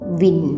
win